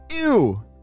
Ew